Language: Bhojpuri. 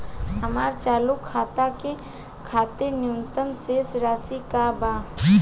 हमार चालू खाता के खातिर न्यूनतम शेष राशि का बा?